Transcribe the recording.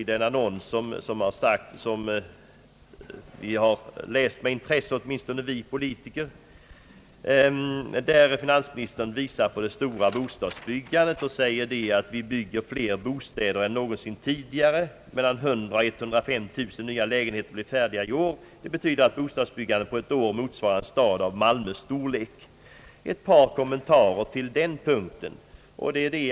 I en annons, som åtminstone vi politiker har läst med intresse, pekar finansministern på att vi bygger fler bostäder än någonsin tidigare; 100 000 å 105 000 lägenheter blir färdiga i år. Det betyder att bostadsbyggandet på ett år motsvarar en stad av Malmö storlek. Jag vill göra ett par kommentarer på den punkten.